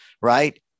right